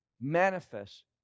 manifest